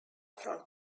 from